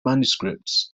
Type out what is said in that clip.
manuscripts